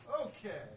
Okay